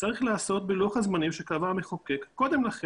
צריך לעשות בלוח הזמנים שקבע המחוקק קודם לכן.